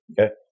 Okay